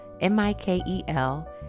m-i-k-e-l